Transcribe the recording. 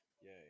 Yay